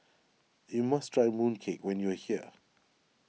you must try Mooncake when you are here